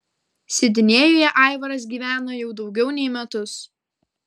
sidnėjuje aivaras gyvena jau daugiau nei metus